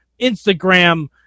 Instagram